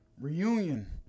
Reunion